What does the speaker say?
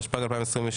התשפ"ג-2023,